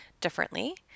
differently